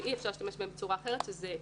ואי אפשר להשתמש בו בצורה אחרת שזה אבסורד.